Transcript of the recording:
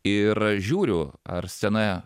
ir žiūriu ar scena